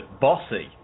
bossy